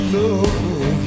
love